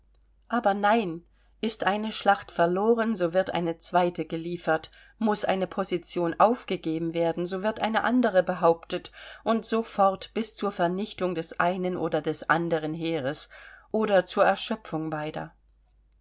aber nein ist eine schlacht verloren so wird eine zweite geliefert muß eine position aufgegeben werden so wird eine andere behauptet und so fort bis zur vernichtung des einen oder des anderen heeres oder zur erschöpfung beider